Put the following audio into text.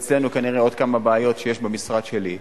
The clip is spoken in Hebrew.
ואצלנו, כנראה, עוד כמה בעיות שיש במשרד שלי.